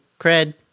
cred